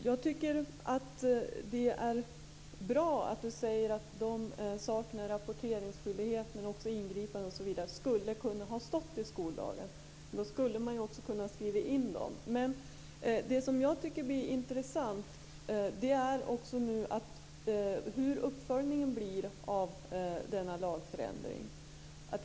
Herr talman! Det är bra att Ylva Johansson säger att rapporteringsskyldigheten men också skyldigheten att ingripa osv. skulle ha kunnat stå i skollagen. Då kunde man ju också ha skrivit in dem. Det är också intressant vilken uppföljningen av denna lagförändring blir, tycker jag.